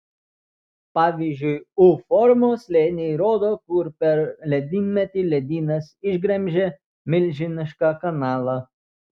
pavyzdžiui u formos slėniai rodo kur per ledynmetį ledynas išgremžė milžinišką kanalą